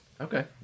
Okay